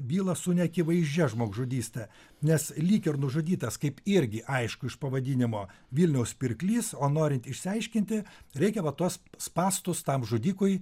bylą su neakivaizdžia žmogžudyste nes lyg ir nužudytas kaip irgi aišku iš pavadinimo vilniaus pirklys o norint išsiaiškinti reikia va tuos spąstus tam žudikui